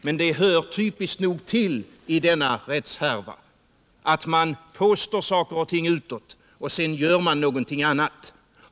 Men det är typiskt i denna rättshärva att man påstår saker och ting offentligt för att sedan göra någonting annat.